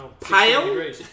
Pale